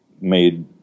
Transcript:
made